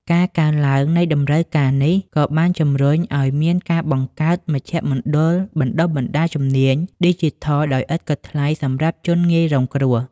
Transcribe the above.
ការកើនឡើងនៃតម្រូវការនេះក៏បានជំរុញឱ្យមានការបង្កើតមជ្ឈមណ្ឌលបណ្តុះបណ្តាលជំនាញឌីជីថលដោយឥតគិតថ្លៃសម្រាប់ជនងាយរងគ្រោះ។